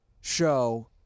show